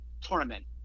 tournament